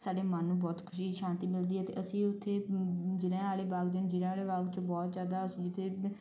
ਸਾਡੇ ਮਨ ਨੂੰ ਬਹੁਤ ਖੁਸ਼ੀ ਸ਼ਾਂਤੀ ਮਿਲਦੀ ਹੈ ਅਤੇ ਅਸੀਂ ਉੱਥੇ ਜ਼ਲ੍ਹਿਆਂਵਾਲੇ ਬਾਗ ਦਿਨ ਜ਼ਲ੍ਹਿਆਂਵਾਲੇ ਬਾਗ 'ਚ ਬਹੁਤ ਜ਼ਿਆਦਾ ਅਸੀਂ ਜਿੱਥੇ